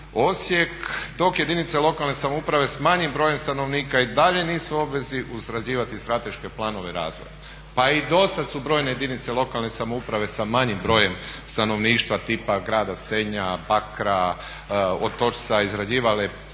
Osijek dok jedinice lokalne samouprave s manjim brojem stanovnika i dalje nisu u obvezi usklađivati strateške planove razvoja. Pa i do sad su brojne jedinice lokalne samouprave sa manjim brojem stanovništva tipa grada Senja, Bakra, Otočca izrađivale